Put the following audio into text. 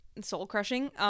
soul-crushing